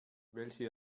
welche